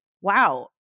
wow